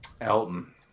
Elton